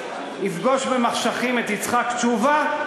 יפגוש במחשכים את יצחק תשובה,